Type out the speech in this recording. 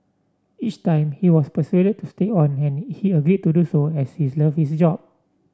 each time he was persuaded to stay on and he agreed to do so as he is loves his job